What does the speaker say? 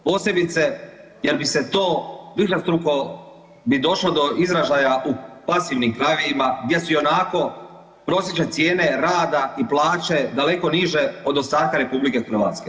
Posebice jer bi se to višestruko bi došlo do izražaja u pasivnim krajevima, gdje su ionako prosječne cijene rada i plaće daleko niže od ostatka RH.